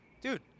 Dude